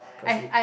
cause he